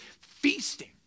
feasting